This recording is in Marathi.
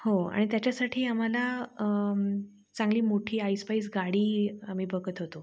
हो आणि त्याच्यासाठी आम्हाला चांगली मोठी ऐस पैस गाडी आम्ही बघत होतो